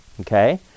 okay